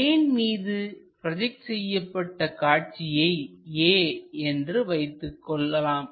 plane மீது project செய்யப்பட்ட காட்சியை a என்று வைத்துக் கொள்ளலாம்